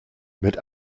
mit